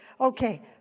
Okay